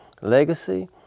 legacy